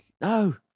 no